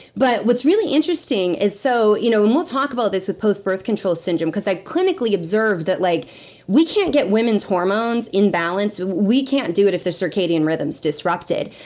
but what's really interesting is so, you know and we'll talk about this with post birth control syndrome, because i clinically observe that like we can't get women's hormones in balance. we can't do it if the circadian rhythm is disrupted.